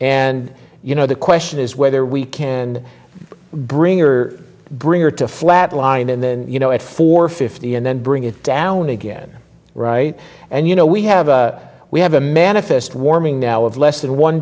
and you know the question is whether we can bring her bring her to flatline and then you know at four fifty and then bring it down again right and you know we have we have a manifest warming now of less than one